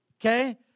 okay